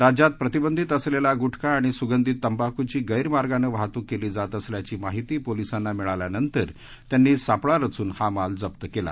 राज्यात प्रतिबंधित असलेला गुटखा आणि सुगंधी तंबाखूची गैर मार्गानं वाहतूक केली जात असल्याची माहिती पोलिसांना मिळाल्यानंतर त्यांनी सापळा रचून हा माल जप्त केला